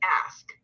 ask